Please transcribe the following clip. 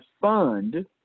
fund